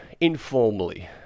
informally